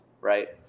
right